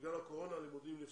ובגלל הקורונה הלימודים נפסקו.